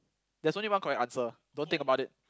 there's only one correct answer don't think about it